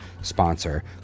sponsor